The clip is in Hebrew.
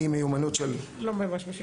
ממיומנות של --- בסדר את זה לא צריך,